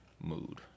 mood